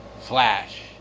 Flash